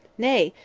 nay,